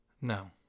No